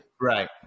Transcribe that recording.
Right